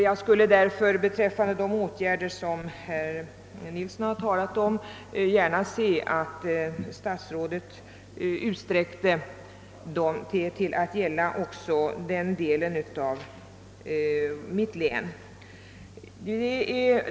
Därför skulle jag mycket gärna se att de åtgärder som statsrådet här talat om utsträcktes till att gälla även den delen av mitt hemlän.